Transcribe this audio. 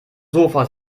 sofa